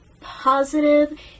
positive